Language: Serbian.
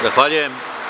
Zahvaljujem.